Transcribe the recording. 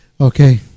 okay